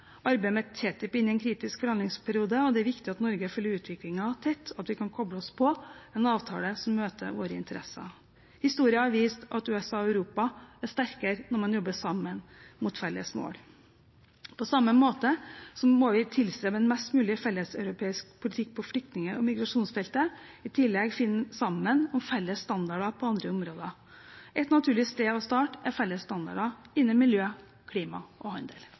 Arbeidet med TTIP går inn i en kritisk forhandlingsperiode, og det er viktig at Norge følger utviklingen tett, og at vi kan koble oss på en avtale som møter våre interesser. Historien har vist at USA og Europa er sterkere når man jobber sammen mot felles mål. På samme måte må vi tilstrebe en mest mulig felleseuropeisk politikk på flyktning- og migrasjonsfeltet. I tillegg må vi finne sammen om felles standarder på andre områder. Et naturlig sted å starte er felles standarder innen miljø, klima og